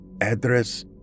Address